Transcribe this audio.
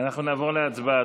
אנחנו נעבור להצבעה.